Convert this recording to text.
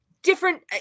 Different